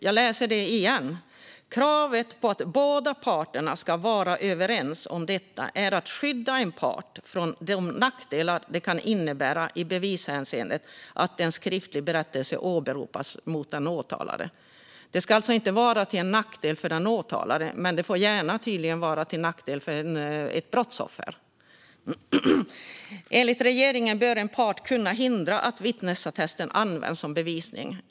Jag läser det igen: Kravet på att båda parterna ska vara överens om detta avser att skydda en part från de nackdelar det kan innebära i bevishänseende att en skriftlig berättelse åberopas mot den åtalade. Det ska alltså inte vara till nackdel för den åtalade, men det får tydligen gärna vara till nackdel för ett brottsoffer. Enligt regeringen bör en part kunna hindra att vittnesattesten används som bevisning.